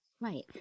Right